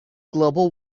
global